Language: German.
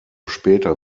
später